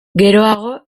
geroago